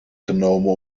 genomen